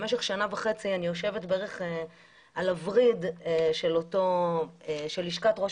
במשך שנה וחצי אני יושבת על הווריד של לשכת ראש